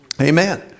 Amen